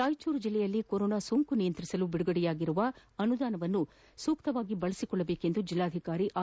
ರಾಯಚೂರು ಜಿಲ್ಲೆಯಲ್ಲಿ ಕೊರೋನಾ ಸೋಂಕು ನಿಯಂತ್ರಿಸಲು ಬಿಡುಗಡೆಯಾಗಿರುವ ಅನುದಾನವನ್ನು ಸಮಕವಾಗಿ ಬಳಸಿಕೊಳ್ಳಬೇಕೆಂದು ಜಿಲ್ಲಾಧಿಕಾರಿ ಆರ್